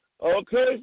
Okay